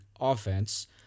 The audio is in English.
offense